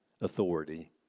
authority